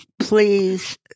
please